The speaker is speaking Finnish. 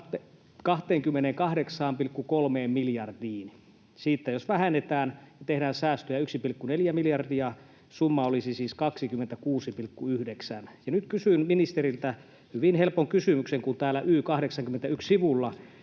28,3 miljardiin vuonna 27. Siitä jos vähennetään ja tehdään säästöjä 1,4 miljardia, summa olisi siis 26,9. Ja nyt kysyn ministeriltä hyvin helpon kysymyksen, kun täällä sivulla